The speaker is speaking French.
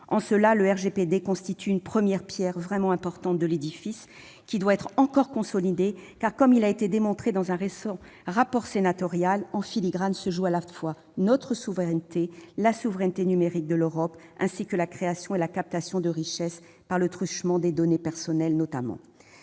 En cela, le RGPD constitue une première pierre vraiment importante de l'édifice, qui doit être encore consolidé, car, comme il a été démontré dans un récent rapport sénatorial, en filigrane se jouent à la fois notre souveraineté et la souveraineté numérique de l'Europe, ainsi que la création et la captation de richesses par le truchement des données personnelles notamment.